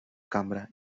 cambra